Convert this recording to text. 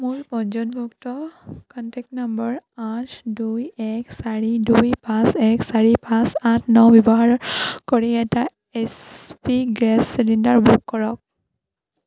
মোৰ পঞ্জীয়নভুক্ত contact number আঠ দুই এক চাৰি দুই পাঁচ এক চাৰি পাঁচ আঠ ন ব্যৱহাৰ কৰি এটা H P gas cylinder book কৰক